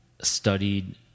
studied